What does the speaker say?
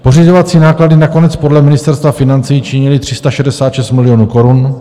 Pořizovací náklady nakonec podle Ministerstva financí činily 366 milionů korun.